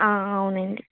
అవునండి